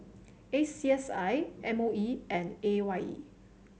A C S I M O E and A Y E